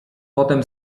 potem